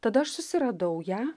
tada aš susiradau ją